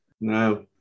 No